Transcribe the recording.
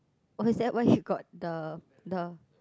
okay is that where you got the the